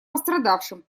пострадавшим